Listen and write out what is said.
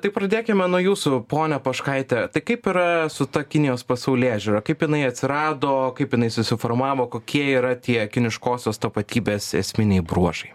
tai pradėkime nuo jūsų ponia poškaite tai kaip yra su ta kinijos pasaulėžiūra kaip jinai atsirado kaip jinai susiformavo kokie yra tie kiniškosios tapatybės esminiai bruožai